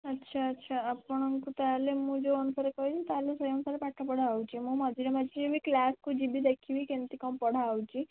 ଆଚ୍ଛା ଆଚ୍ଛା ଆପଣଙ୍କୁ ତା' ହେଲେ ମୁଁ ଯେଉଁ ଅନୁସାରେ କହିଲି ତା' ହେଲେ ସେଇ ଅନୁସାରେ ପାଠ ପଢ଼ା ହେଉଛି ମୁଁ ମଝିରେ ମଝିରେ ବି କ୍ଳାସ୍କୁ ଯିବି ଦେଖିବି କେମିତି କ'ଣ ପଢ଼ା ହେଉଛି